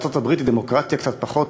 שארצות-הברית היא דמוקרטיה קצת פחות